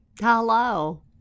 Hello